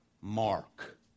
Mark